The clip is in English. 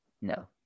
No